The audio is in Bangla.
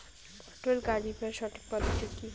পটল গারিবার সঠিক পদ্ধতি কি?